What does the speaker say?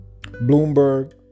Bloomberg